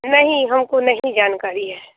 नहीं हमको नहीं जानकारी है